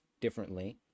differently